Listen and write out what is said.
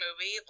movie